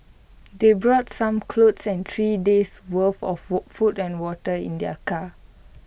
they brought some clothes and three days' worth of food and water in their car